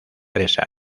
tres